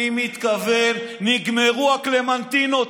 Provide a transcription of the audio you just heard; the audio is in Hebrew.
נגמרו הקלמנטינות.